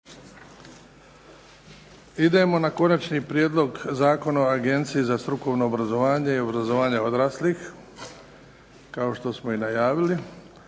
ove godine konačni prijedlog Zakona o Agenciji za strukovno obrazovanje i obrazovanje odraslih. Uvodno obrazloženje